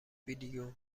بیلیون